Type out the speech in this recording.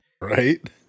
Right